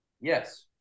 yes